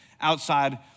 outside